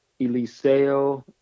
eliseo